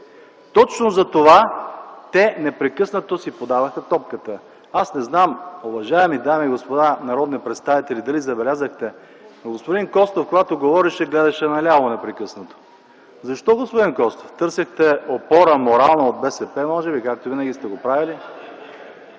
Точно затова те непрекъснато си подаваха топката. Аз не знам, уважаеми дами и господа народни представители, дали забелязахте, но когато господин Костов говореше, гледаше непрекъснато наляво. Защо, господин Костов? Търсехте опора, морална от БСП може би, както винаги сте го правели?!